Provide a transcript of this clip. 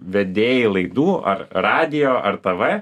vedėjai laidų ar radijo ar tv